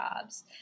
jobs